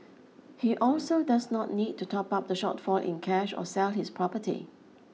he also does not need to top up the shortfall in cash or sell his property